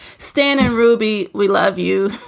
stan and ruby, we love you,